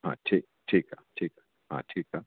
हा ठीकु ठीकु आहे हा ठीकु आहे